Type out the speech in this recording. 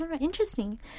Interesting